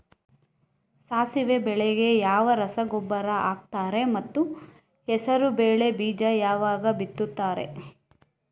ಸಾಸಿವೆ ಬೆಳೆಗೆ ಯಾವ ರಸಗೊಬ್ಬರ ಹಾಕ್ತಾರೆ ಮತ್ತು ಹೆಸರುಬೇಳೆ ಬೀಜ ಯಾವಾಗ ಬಿತ್ತುತ್ತಾರೆ?